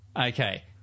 Okay